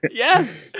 yes.